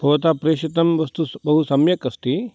भवतः प्रेषितं वस्तु बहु सम्यक् अस्ति